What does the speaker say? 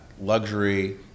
luxury